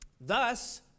Thus